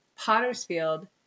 Pottersfield